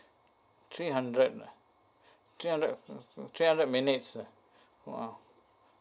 three hundred ah three hundred three hundred minutes ah !wow!